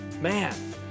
Man